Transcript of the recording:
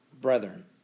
brethren